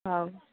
ହଉ